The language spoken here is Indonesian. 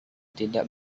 tidak